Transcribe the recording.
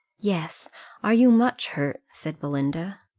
yes are you much hurt? said belinda.